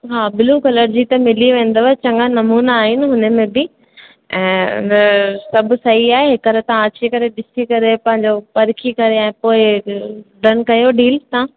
हा blue colour जी त मिली वेंदव चङा नमूना आहिनि हुन में बि ऐं अंदरि सभु सही आहे हिकर तव्हां अची करे ॾिसी करे पंहिंजो परखी करे ऐं पोइ डन कयो डील तव्हां